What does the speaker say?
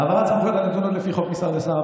העברת סמכויות הנתונות לפי חוק משר לשר,